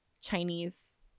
Chinese